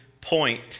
point